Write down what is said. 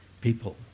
people